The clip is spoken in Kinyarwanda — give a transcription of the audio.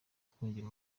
twongera